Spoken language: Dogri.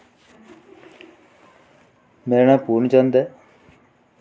मेरा नांऽ पूर्ण चंद ऐ